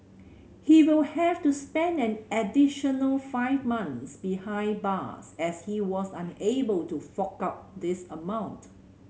he will have to spend an additional five months behind bars as he was unable to fork out this amount